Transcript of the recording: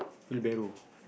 wheel barrel